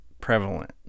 prevalent